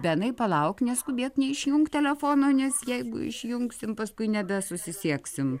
benai palauk neskubėk neišjunk telefono nes jeigu išjungsim paskui nebe susisieksim